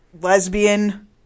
lesbian